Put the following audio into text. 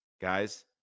guys